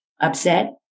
Upset